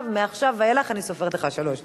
מעכשיו ואילך אני סופרת לך שלוש דקות.